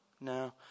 No